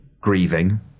grieving